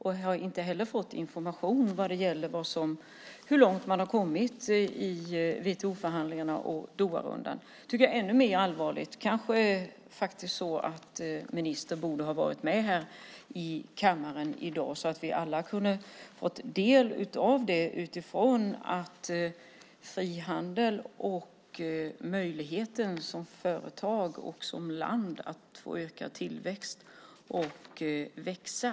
De har inte heller fått information om hur långt man har kommit i WTO-förhandlingarna och Doharundan. Det tycker jag är ännu mer allvarligt. Ministern kanske borde ha varit med här i kammaren i dag så att vi alla kunde ha fått del av detta. Det handlar om frihandel och möjligheten att som företag och som land få ökad tillväxt och att växa.